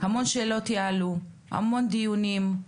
המון שאלות יעלו, המון דיונים,